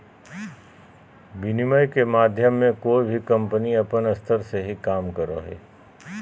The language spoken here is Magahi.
विनिमय के माध्यम मे कोय भी कम्पनी अपन स्तर से ही काम करो हय